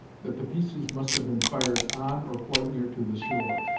that the pieces must have been fired on or quite near to the shore.